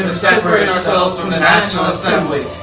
separate ourselves from the national assembly,